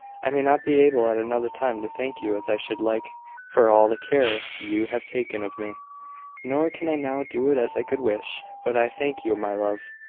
i may not be able at another time to thank you as i should like for all the care you have taken of me nor can i now do it as i could wish but i thank you, my love.